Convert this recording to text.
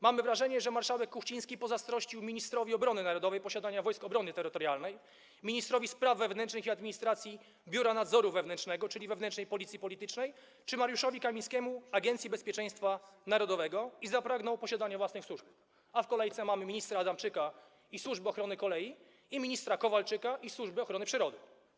Mamy wrażenie, że marszałek Kuchciński pozazdrościł ministrowi obrony narodowej posiadania Wojsk Obrony Terytorialnej, ministrowi spraw wewnętrznych i administracji - Biura Nadzoru Wewnętrznego, czyli wewnętrznej policji politycznej, czy Mariuszowi Kamińskiemu - Agencji Bezpieczeństwa Narodowego i zapragnął posiadać własne służby, a w kolejce mamy ministra Adamczyka i służbę ochrony kolei oraz ministra Kowalczyka i służbę ochrony przyrody.